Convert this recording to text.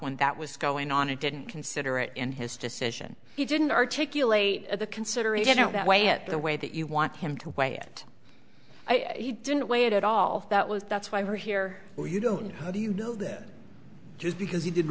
when that was going on and didn't consider and his decision he didn't articulate at the considering you know that way at the way that you want him to weigh it he didn't weigh it at all that was that's why we're here or you don't how do you know that just because he didn't